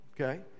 okay